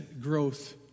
growth